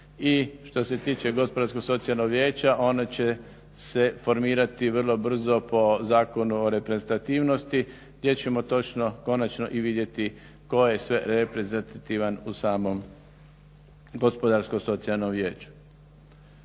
i što se tiče Gospodarsko-socijalnog vijeća ono će se formirati vrlo brzo po Zakonu o reprezentativnosti gdje ćemo točno konačno i vidjeti tko je sve reprezentativan u samom Gospodarsko-socijalnom vijeću.